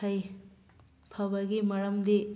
ꯐꯩ ꯐꯕꯒꯤ ꯃꯔꯝꯗꯤ